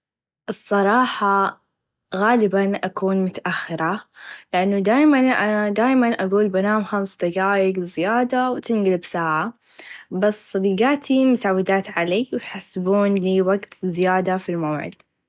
الصراحه غالبا أكون متأخره لأن دايما أقول بنام خمس دقائق زياده و تنقلب ساعه بس صديقاتي مسودات علي وحاسبون لي وقت زياده في الموعد.